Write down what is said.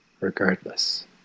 regardless